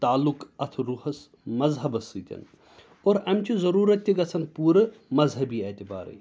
تعلُق اَتھ روحَس مزہبَس سۭتۍ اور اَمہِ چہِ ضٔروٗرت تہِ گژھن پوٗرٕ مزہبی اعتبارٕے